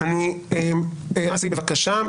אסי, בבקשה.